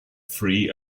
free